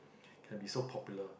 can be so popular